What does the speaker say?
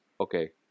Okay